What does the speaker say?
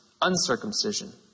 uncircumcision